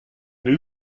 new